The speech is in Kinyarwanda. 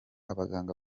abaganga